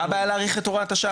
אז מה הבעיה להאריך את הוראת השעה,